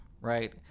right